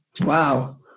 Wow